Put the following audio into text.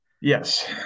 Yes